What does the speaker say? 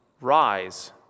rise